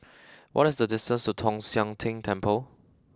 what is the distance to Tong Sian Tng Temple